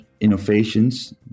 innovations